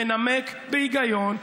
מנמק בהיגיון,